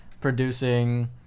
producing